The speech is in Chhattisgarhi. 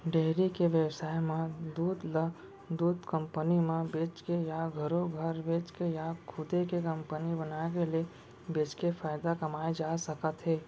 डेयरी के बेवसाय म दूद ल दूद कंपनी म बेचके या घरो घर बेचके या खुदे के कंपनी बनाके ले बेचके फायदा कमाए जा सकत हे